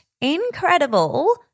incredible